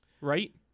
right